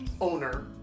owner